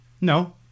No